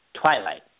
Twilight